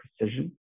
precision